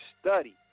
Study